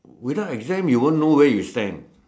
without exam you won't know where you stand